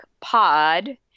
Pod